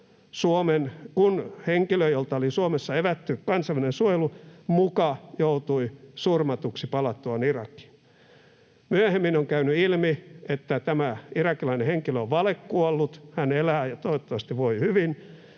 kun henkilö, jolta oli Suomessa evätty kansainvälinen suojelu, muka joutui surmatuksi palattuaan Irakiin. Myöhemmin on käynyt ilmi, että tämä irakilainen henkilö on valekuollut, hän elää ja toivottavasti voi hyvin,